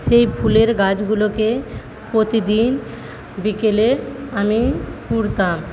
সেই ফুলের গাছগুলোকে প্রতিদিন বিকেলে আমি কুড়তাম